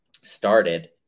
started